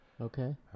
okay